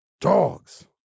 dogs